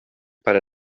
parę